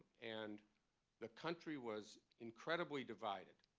and the country was incredibly divided.